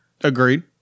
Agreed